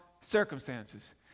circumstances